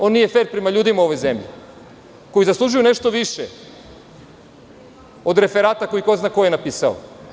On nije fer prema ljudima u ovoj zemlji koji zaslužuju nešto više od referata koji ko zna ko je napisao.